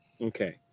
okay